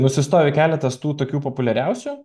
nusistovi keletas tų tokių populiariausių